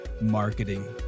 marketing